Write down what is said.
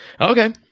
Okay